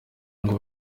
ngo